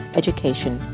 education